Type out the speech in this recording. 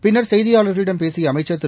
பின்னா் செய்தியாள்களிடம் பேசிய அமைச்சா் திரு